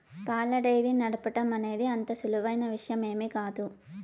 పాల డెయిరీ నడపటం అనేది అంత సులువైన విషయమేమీ కాదు